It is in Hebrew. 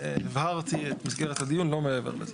הבהרתי את מסגרת הדיון, לא מעבר לזה.